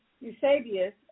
Eusebius